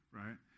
right